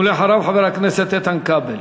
ואחריו, חבר הכנסת איתן כבל.